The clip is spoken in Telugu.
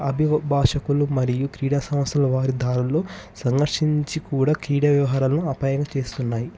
భాషకులు మరియు క్రీడ సమస్యలు వారి దారులు సందర్శించి కూడా క్రీడ వ్యవహారాలను అపాయం చేస్తున్నాయి